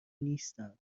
نیستم